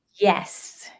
Yes